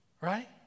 right